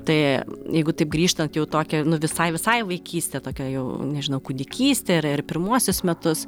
tai jeigu taip grįžtant jau tokią nu visai visai į vaikystę tokią jau nežinau kūdikystę ar ir pirmuosius metus